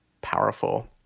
powerful